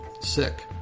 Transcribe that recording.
sick